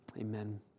Amen